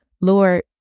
Lord